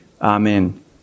Amen